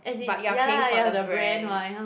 but you are paying for the brand